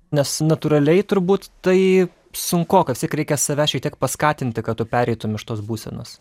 nes natūraliai turbūt tai sunkoka vis tiek reikia save šiek tiek paskatinti kad tu pereitum iš tos būsenos